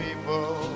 people